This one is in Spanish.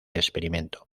experimento